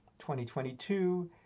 2022